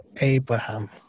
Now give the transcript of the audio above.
Abraham